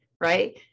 right